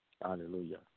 Hallelujah